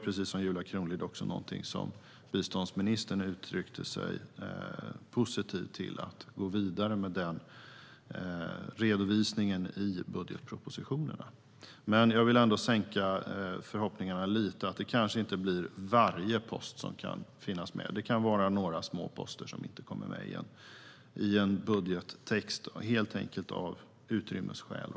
Precis som Julia Kronlid sa uttryckte sig också biståndsministern positivt till att gå vidare med den redovisningen i budgetpropositionerna. Men jag vill ändå sänka förhoppningarna lite. Det kanske inte blir varje post som kan finnas med. Det kan vara några små poster som inte kommer med i en budgettext, helt enkelt av utrymmesskäl.